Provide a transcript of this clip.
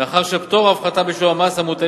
מאחר שפטור או הפחתה בשיעורי המס המוטלים